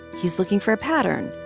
he's looking for a pattern.